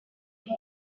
egin